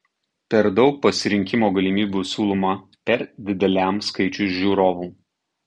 per daug pasirinkimo galimybių siūloma per dideliam skaičiui žiūrovų